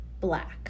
Black